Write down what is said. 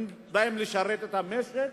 הם באים לשרת את המשק,